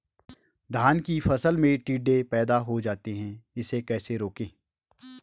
धान की फसल में टिड्डे पैदा हो जाते हैं इसे कैसे रोकें?